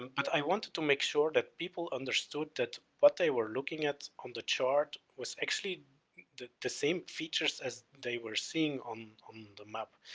and but i wanted to make sure that people understood that what they were looking at on the chart was actually the the same features as they were seeing on, on the map,